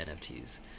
NFTs